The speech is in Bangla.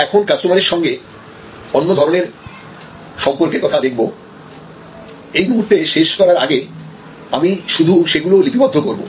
আমরা এখন কাস্টমারের সঙ্গে অন্য ধরনের সম্পর্কের কথা দেখব এই মুহূর্তে শেষ করার আগে আমি শুধু সেগুলো লিপিবদ্ধ করব